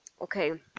okay